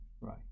right